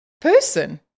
person